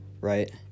Right